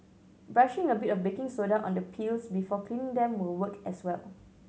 brushing a bit of baking soda on the peels before cleaning them will work as well